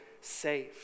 safe